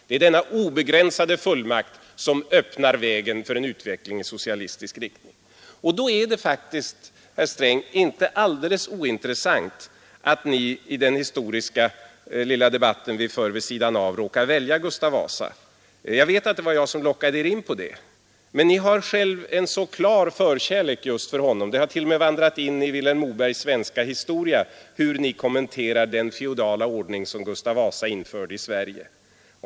Det är denna obegränsade fullmakt som öppnar vägen för en utveckling i socialistisk riktning. Och då är det faktiskt, herr Sträng, inte alldeles ointressant att Ni i den lilla historiska debatt vi för vid sidan av råkar välja Gustav Vasa som förebild. Jag vet att det var jag som lockade Er in på svenska historien. Men Ni har själv en så klar förkärlek just för honom. Det har t.o.m. vandrat i Vilhelm Mobergs svenska historia hur Ni kommenterar den feodala ordning som Gustav Vasa införde i Sverige.